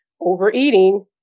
overeating